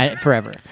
forever